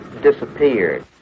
disappeared